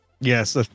yes